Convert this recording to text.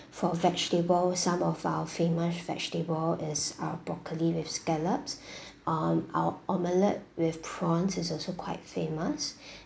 for vegetable some of our famous vegetable is our broccoli with scallops um our omelet with prawns is also quite famous